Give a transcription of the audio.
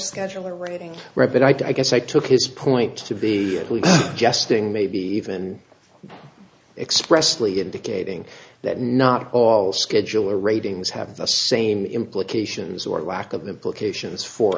scheduler rating right but i guess i took his point to be at least jesting maybe even expressed lee indicating that not all scheduler ratings have the same implications or lack of implications for